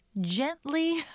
gently